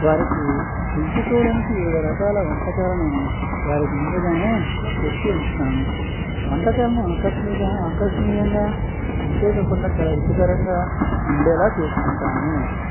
వారికి ఎంచుకోవడానికి వివిధ రకాల వంటకాలను వారికి ముందుగానే చెప్పి ఉంచుతాను వంటకాలను ఆకర్షణీయంగా ఆకర్షణీయంగా అంతేకాకుండా చాలా రుచికరంగా ఉండేలా చూసుకుంటాను